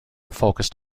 focused